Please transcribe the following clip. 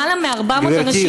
למעלה מ-400 אנשים,